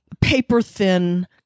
Paper-thin